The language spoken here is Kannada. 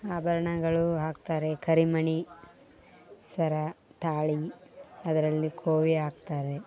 ಆಭರಣಗಳು ಹಾಕ್ತಾರೆ ಕರಿಮಣಿ ಸರ ತಾಳಿ ಅದರಲ್ಲಿ ಕೋವಿ ಹಾಕ್ತಾರೆ